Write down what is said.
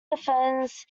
defends